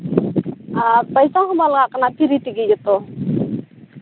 ᱟᱨ ᱯᱚᱭᱥᱟ ᱦᱚᱸ ᱵᱟᱝ ᱞᱟᱜᱟᱜ ᱠᱟᱱᱟ ᱯᱷᱨᱤ ᱛᱮᱜᱮ ᱡᱚᱛᱚ